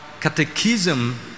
catechism